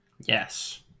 Yes